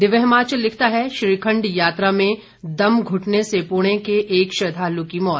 दिव्य हिमाचल लिखता है श्रीखंड यात्रा में दम घुटने से पुणे के एक श्रद्धालु की मौत